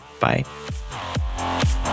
Bye